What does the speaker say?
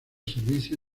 servicio